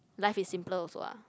life is simpler also ah